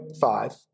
five